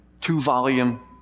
two-volume